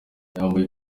yambaye